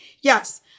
Yes